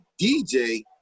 DJ